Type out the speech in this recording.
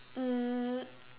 um